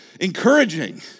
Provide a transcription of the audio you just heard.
encouraging